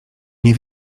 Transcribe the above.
nie